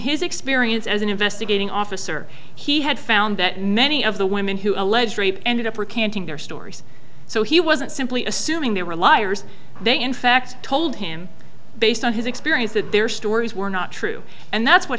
his experience as an investigating officer he had found that many of the women who alleged rape ended up or canting their stories so he wasn't simply assuming they were liars they in fact told him based on his experience that their stories were not true and that's what